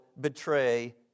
betray